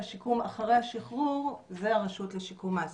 השיקום אחרי השחרור זה הרשות לשיקום האסיר.